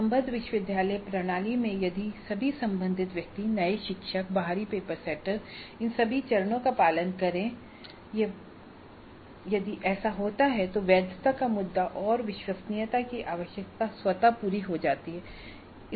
संबद्ध विश्वविद्यालय प्रणाली में यदि सभी संबंधित व्यक्ति नए शिक्षक बाहरी पेपर सेटर्स इन सभी चरणों का पालन करें यह बहुत महत्वपूर्ण है कि हमारे पास एक प्रक्रिया होनी चाहिए और सभी को उन प्रक्रिया चरणों का पालन करना चाहिए यदि ऐसा होता है तो वैधता का मुद्दा और विश्वसनीयता की आवश्यकताएं स्वतः पूरी हो जाती हैं